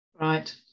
right